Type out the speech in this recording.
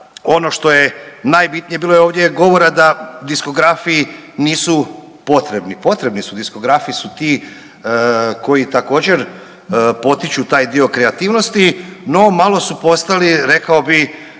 ono što je najbitnije, bilo je ovdje govora da diskografi nisu potrebni, potrebni su, diskografi su ti koji također potiču taj dio kreativnosti, no malo su postali rekao bih